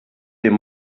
dem